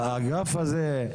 לאגף הזה,